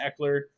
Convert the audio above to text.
Eckler